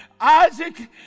Isaac